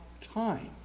time